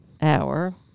hour